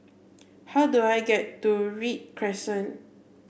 how do I get to Read Crescent